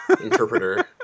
interpreter